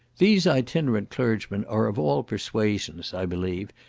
these itinerant clergymen are of all persuasions, i believe,